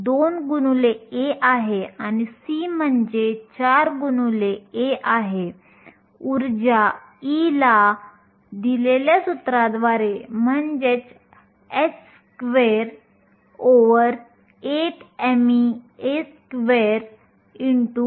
तर τe दोन विखुरलेल्या घटनांमधील वेळेचा संदर्भ देते आणि आपण इलेक्ट्रॉन बद्दल बोलत असल्याने हे वाहक बँडमधील इलेक्ट्रॉनसाठी आहे आपल्याला 0